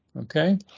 okay